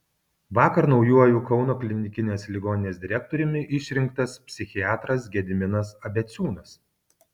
vakar naujuoju kauno klinikinės ligoninės direktoriumi išrinktas psichiatras gediminas abeciūnas